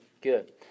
Good